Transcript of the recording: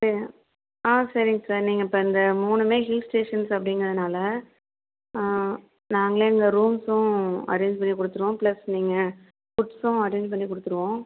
சரி ஆ சரிங்க சார் நீங்கள் இப்போ இந்த மூணுமே ஹில்ஸ் ஸ்டேஷன்ஸ் அப்படிங்கிறனால நாங்களே இங்கே ரூம்ஸும் அரேஞ் பண்ணி கொடுத்துருவோம் ப்ளஸ் நீங்கள் ஃபுட்ஸும் அரேஞ் பண்ணி கொடுத்துருவோம்